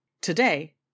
Today